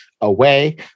away